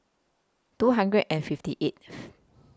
two hundred and fifty eighth